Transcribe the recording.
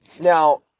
now